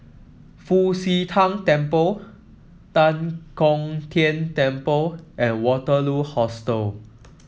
Fu Xi Tang Temple Tan Kong Tian Temple and Waterloo Hostel